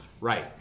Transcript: Right